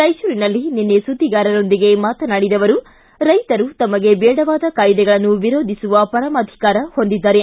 ರಾಯಚೂರಿನಲ್ಲಿ ನಿನ್ನೆ ಸುದ್ದಿಗಾರರೊಂದಿಗೆ ಮಾತನಾಡಿದ ಅವರು ರೈತರು ತಮಗೆ ದೇಡವಾದ ಕಾಯ್ದೆಗಳನ್ನು ವಿರೋಧಿಸುವ ಪರಮಾಧಿಕಾರ ಹೊಂದಿದ್ದಾರೆ